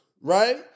right